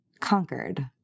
conquered